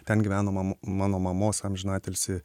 ten gyveno mam mano mamos amžiną atilsį